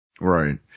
Right